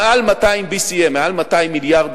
מעל BCM 200, מעל 200 מיליארד